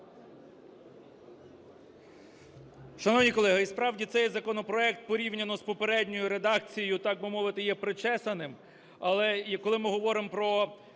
Шановні колеги, і, справді, цей законопроект порівняно з попередньою редакцією, так би мовити, є причесаним, але, коли ми говоримо про